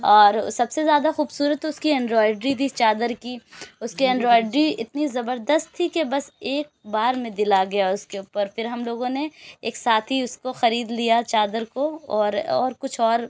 اور سب سے زیادہ خوبصورت تو اس کی انڈرائڈری تھی چادر کی اس کی انڈرائڈری اتنی زبردست تھی کہ بس ایک بار میں دل آگیا اس کے اوپر پھر ہم لوگوں نے ایک ساتھ ہی اس کو خرید لیا چادر کو اور اور کچھ اور